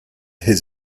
his